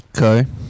Okay